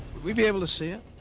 we be able to see it?